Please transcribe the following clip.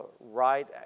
right